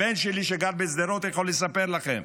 הבן שלי שגר בשדרות יכול לספר לכם.